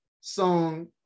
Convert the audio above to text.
song